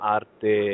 arte